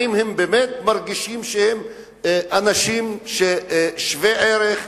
האם הם באמת מרגישים שהם אנשים שווי ערך,